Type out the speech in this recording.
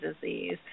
disease